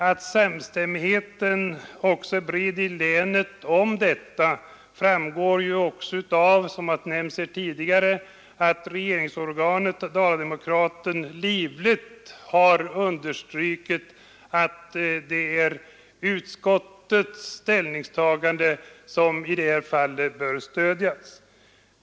Att samstämmigheten i länet är bred framgår av, vilket har nämnts tidigare, att regeringsorganet Dala-Demokraten livligt har understrukit att utskottets ställningstagande bör stödjas.